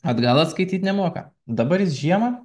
atgal skaityti nemoka dabar jis žiemą